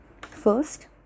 First